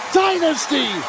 dynasty